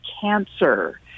cancer